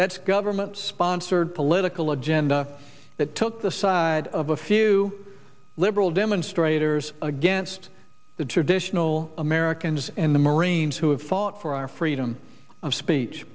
that's government sponsored political agenda that took the side of a few liberal demonstrators against the traditional americans and the marines who have fought for our freedom of speech